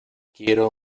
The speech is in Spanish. quiero